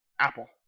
Apple